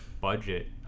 budget